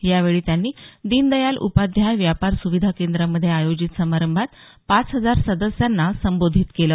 यावेळी त्यांनी दीनदयाल उपाध्याय व्यापार सुविधा केंद्रामध्ये आयोजित समारंभात पाच हजार सदस्यांना संबोधित केलं